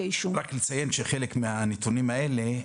אישום -- רק נציין שחלק מהנתונים האלה,